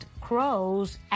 crows